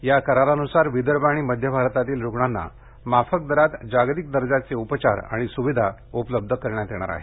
या करारान्सार विदर्भ आणि मध्य भारतातील रुग्णांना माफक दरात जागतिक दर्जाचे उपचार आणि सुविधा उपलब्ध करण्यात येणार आहेत